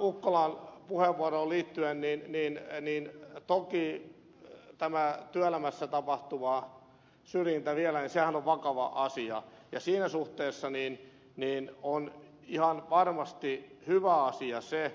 ukkolan puheenvuoroon liittyen toki tämä työelämässä tapahtuva syrjintä on vakava asia ja siinä suhteessa on ihan varmasti hyvä asia se